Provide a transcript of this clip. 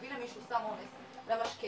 להביא למישהו סם אונס למשקה,